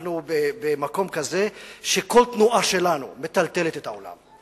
אנחנו במקום כזה שכל תנועה שלנו מטלטלת את העולם.